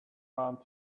around